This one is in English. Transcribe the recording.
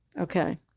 Okay